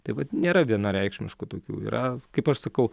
taip vat nėra vienareikšmiškų tokių yra kaip aš sakau